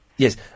Yes